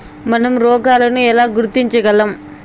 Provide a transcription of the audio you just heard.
మనం రోగాలను ఎలా గుర్తించగలం?